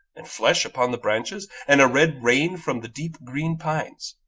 and flesh upon the branches, and a red rain from the deep green pines.